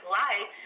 life